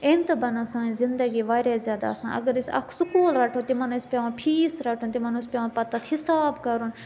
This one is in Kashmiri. أمۍ تہِ بَنٲو سٲنۍ زنٛدگی واریاہ زیادٕ آسان اگر أسۍ اکھ سکوٗل رَٹو تِمَن ٲسۍ پٮ۪وان فیٖس رَٹُن تِمَن اوس پٮ۪وان پَتہٕ تَتھ حِساب کَرُن